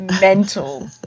mental